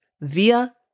via